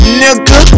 nigga